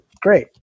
Great